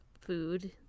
food